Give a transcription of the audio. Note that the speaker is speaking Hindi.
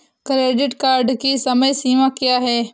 क्रेडिट कार्ड की समय सीमा क्या है?